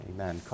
Amen